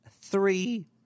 three